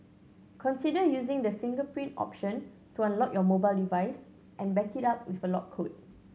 consider using the fingerprint option to unlock your mobile device and back it up with a lock code